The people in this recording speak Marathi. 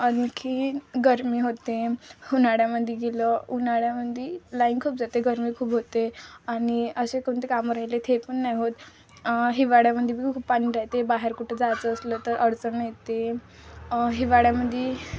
आणखी गरमी होते उन्हाळ्यामध्ये गेलं उन्हाळ्यामध्ये लाईन खूप जाते गरमी खूप होते आणि असे कोणते कामं राहिलेत हे पण नाही होत हिवाळ्यामध्ये बी खूप पाणी राहते बाहेर कुठं जायचं असलं तर अडचण येते हिवाळ्यामध्ये